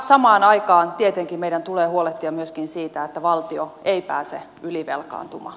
samaan aikaan tietenkin meidän tulee huolehtia myöskin siitä että valtio ei pääse ylivelkaantumaan